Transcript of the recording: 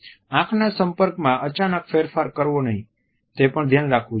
આંખના સંપર્કમાં અચાનક ફેરફાર કરવો નહીં તે પણ ધ્યાન રાખવું જોઈએ